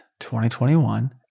2021